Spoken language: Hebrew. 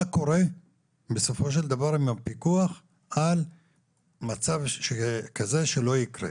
מה קורה בסופו של דבר עם הפיקוח על מצב כזה שלא יקרה,